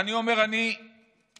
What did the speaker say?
אני אומר, באמת.